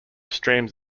streams